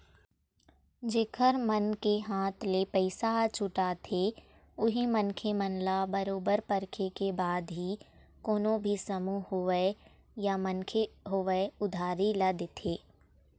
जेखर मन के हाथ ले पइसा ह छूटाथे उही मनखे मन ल बरोबर परखे के बाद ही कोनो भी समूह होवय या मनखे होवय उधारी ल देथे